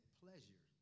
pleasure